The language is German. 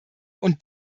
und